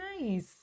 nice